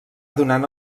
donant